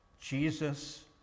Jesus